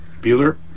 Bueller